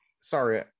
sorry